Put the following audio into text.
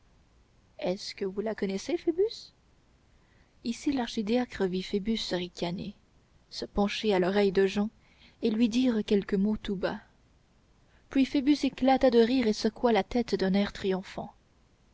est-ce que vous la connaissez phoebus ici l'archidiacre vit phoebus ricaner se pencher à l'oreille de jehan et lui dire quelques mots tout bas puis phoebus éclata de rire et secoua la tête d'un air triomphant